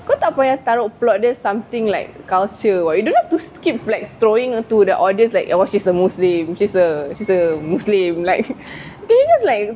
kau tak payah taruk plot there something like culture [what] you don't have to keep like throwing to the audience like oh she's the muslim she's a she's a muslim like can you just like